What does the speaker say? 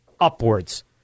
upwards